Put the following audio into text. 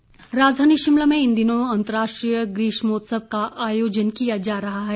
ग्रीष्मोत्सव राजधानी शिमला में इन दिनों अंतरराष्ट्रीय ग्रीष्मोत्सव का आयोजन किया जा रहा है